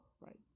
right